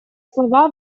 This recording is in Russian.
слова